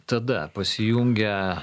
tada pasijungia